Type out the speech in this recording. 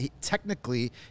technically